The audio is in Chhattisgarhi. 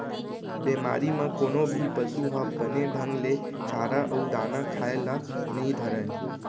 बेमारी म कोनो भी पसु ह बने ढंग ले चारा अउ दाना खाए ल नइ धरय